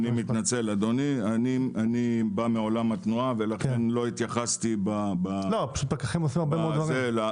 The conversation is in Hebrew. אני בא מעולם התנועה לכן לא התייחסתי לשאר העולמות.